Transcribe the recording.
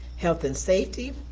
health and safety,